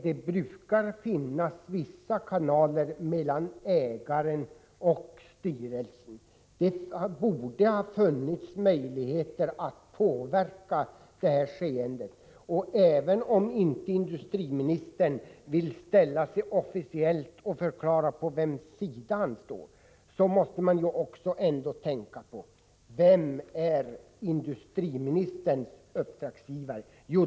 Det brukar finnas vissa kanaler mellan ägaren och styrelsen. Det borde ha funnits möjligheter att påverka skeendet. Även om industriministern inte officiellt vill förklara på vilken sida han står, måste han ändå tänka på vem som är hans uppdragsgivare.